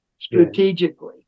strategically